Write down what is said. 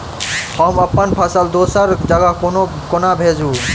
हम अप्पन फसल दोसर जगह कोना भेजू?